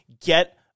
Get